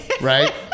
right